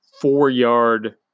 four-yard